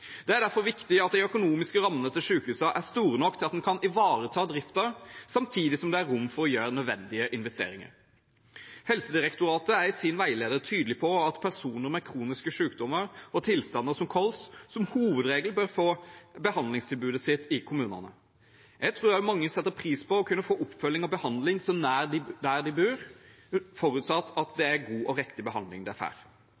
Det er derfor viktig at de økonomiske rammene til sykehusene er store nok til at en kan ivareta driften samtidig som det er rom for å gjøre nødvendige investeringer. Helsedirektoratet er i sin veileder tydelig på at personer med kroniske sykdommer og tilstander som kols som hovedregel bør få behandlingstilbudet sitt i kommunene. Jeg tror også mange setter pris på å kunne få oppfølging og behandling nær der de bor, forutsatt at